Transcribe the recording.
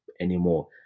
anymore